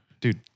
Dude